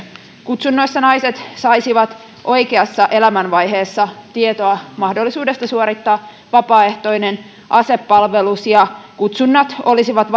kutsunnoissa naiset saisivat oikeassa elämänvaiheessa tietoa mahdollisuudesta suorittaa vapaaehtoinen asepalvelus ja kutsunnat olisivat